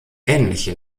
ähnliche